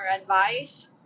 advice